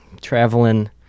traveling